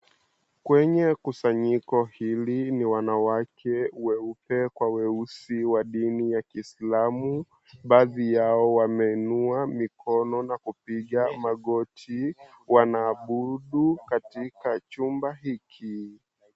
Kwenye kusanyiko hili ni wanawake weupe kwa weusi wa dini ya kiislamu baadhi yao wameinua mikono na kupiga magoti wanaabudu katika chumba hiki.